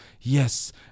Yes